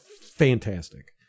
fantastic